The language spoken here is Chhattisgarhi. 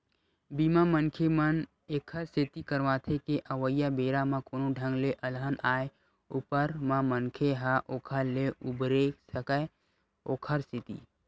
बीमा, मनखे मन ऐखर सेती करवाथे के अवइया बेरा म कोनो ढंग ले अलहन आय ऊपर म मनखे ह ओखर ले उबरे सकय ओखर सेती